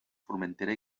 formentera